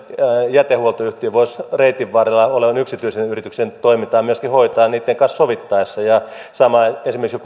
jätehuoltoyhtiö voisi reitin varrella olevan yksityisen yrityksen toimintaa myöskin hoitaa sen kanssa sovittaessa ja samoin esimerkiksi